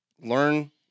learn